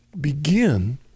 begin